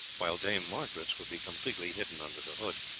while dame margaret's would be completely hidden under the hood.